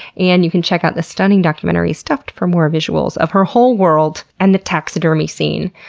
and you can check out the stunning documentary stuffed for more visuals of her whole world and the taxidermy scene.